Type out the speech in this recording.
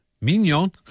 Mignon